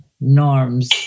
norms